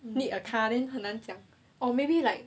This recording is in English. need a car then 很难讲 or maybe like